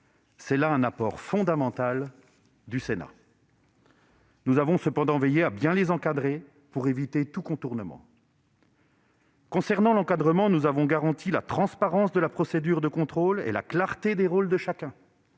c'était là un apport fondamental du Sénat. Nous avons cependant veillé à bien les encadrer, pour éviter tout contournement. Concernant l'encadrement, nous avons garanti la transparence de la procédure de contrôle et la clarté des rôles de chacun.